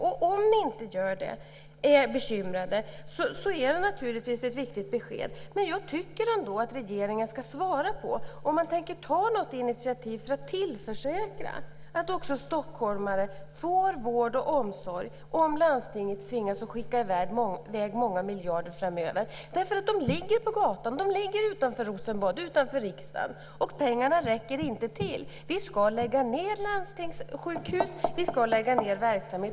Om ni inte är bekymrade är det naturligtvis ett viktigt besked. Men jag tycker ändå att regeringen ska svara på om man tänker ta något initiativ för att tillförsäkra att också stockholmare får vård och omsorg om landstinget tvingas skicka i väg många miljarder framöver. De ligger på gatan, de ligger utanför Rosenbad, utanför Riksdagshuset, och pengarna räcker inte till. Vi ska lägga ned landstingssjukhus. Vi ska lägga ned verksamhet.